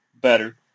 better